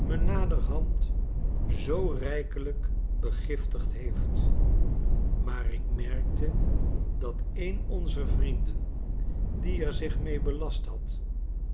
me naderhand zoo rijkelijk begiftigd heeft maar ik merkte dat een onzer vrienden die er zich mee belast had